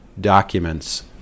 documents